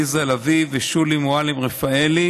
עליזה לביא ושולי מועלם-רפאלי,